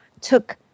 took